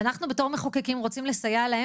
ואנחנו בתור מחוקקים רוצים לסייע להם